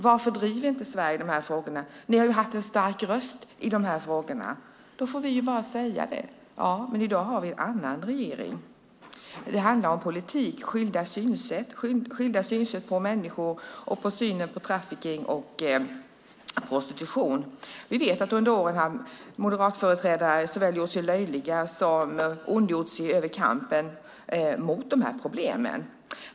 Varför driver inte Sverige dessa frågor, undrar man och påtalar att vi har haft en stark röst. Då får vi säga att vi i dag har en annan regering. Det handlar om politik, skilda synsätt på människor och på synen på trafficking och prostitution. Under åren har moderatföreträdare gjort sig löjliga och ondgjort sig över kampen mot dessa problem.